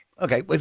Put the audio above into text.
okay